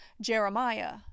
Jeremiah